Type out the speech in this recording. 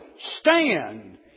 Stand